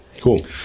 Cool